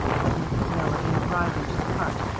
said mrs. milligan, rising to depart,